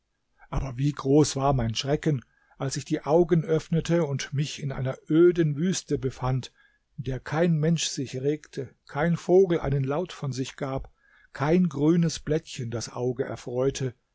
aber wie groß war mein schrecken als ich die augen öffnete und mich in einer öden wüste befand in der kein mensch sich regte kein vogel einen laut von sich gab kein grünes blättchen das auge erfreute